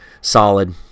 solid